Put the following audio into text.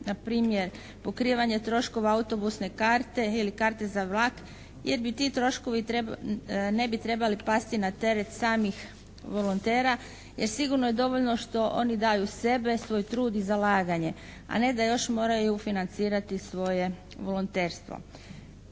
npr. pokrivanje troškova autobusne karte ili karte za vlak, jer bi ti troškovi, ne bi trebali pasti na teret samih volontera. Jer sigurno je dovoljno što oni daju sebe, svoj trud i zalaganje, a ne da još moraju financirati svoje volonterstvo.